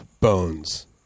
bones